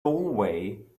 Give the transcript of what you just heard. doorway